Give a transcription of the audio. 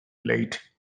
late